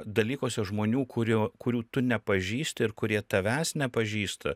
dalykuose žmonių kurių kurių tu nepažįsti ir kurie tavęs nepažįsta